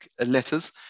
letters